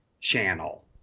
Channel